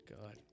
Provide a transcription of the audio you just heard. God